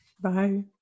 Bye